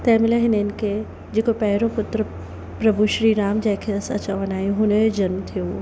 तंहिंमहिल हिननि खे जेको पहिरों पुत्र प्रभु श्री राम जंहिंखे असां चवंदा आहियूं हुन जो जनमु थियो